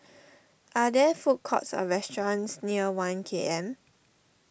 are there food courts or restaurants near one K M